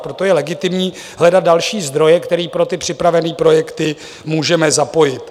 Proto je legitimní hledat další zdroje, které pro připravené projekty můžeme zapojit.